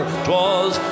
twas